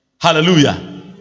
Hallelujah